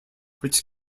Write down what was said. which